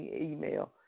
email